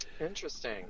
Interesting